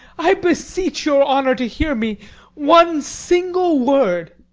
i beseech your honour to hear me one single word.